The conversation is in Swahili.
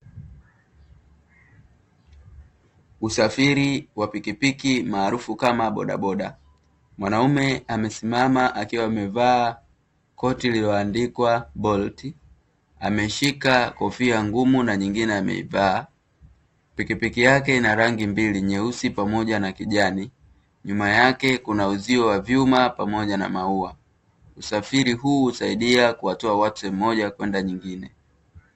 Usafiri wa pikipiki maarufu kama bodaboda mwanamume amesimama akiwa amevaa koti liloandikwa "bolt" ameshika kofia ngumu na nyingine yameivaa pikipiki yake ina rangi mbili nyeusi pamoja na kijani nyuma yake kuna uzio wa vyuma pamoja na maua usafiri huu husaidia kuwatoa watu sehemu moja kwenda nyingine.